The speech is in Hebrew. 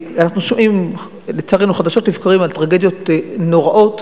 אנחנו שומעים לצערנו חדשות לבקרים על טרגדיות נוראות